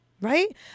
right